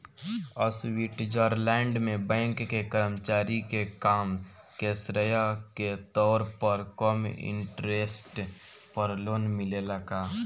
Switzerland में bank के कर्मचारी के काम के श्रेय के तौर पर कम इंटरेस्ट पर लोन मिलेला का?